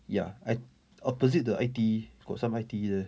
ya I opposite the I_T_E got some I_T_E there